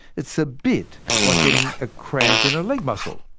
it's a bit like getting a cramp in a leg muscle.